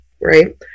right